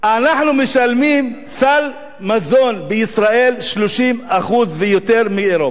אנחנו בישראל משלמים על סל מזון 30% יותר מבאירופה.